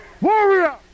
warrior